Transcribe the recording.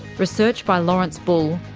research by lawrence bull,